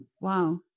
wow